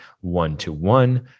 one-to-one